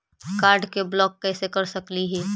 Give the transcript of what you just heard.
Card के block कैसे कर सकली हे?